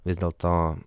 vis dėl to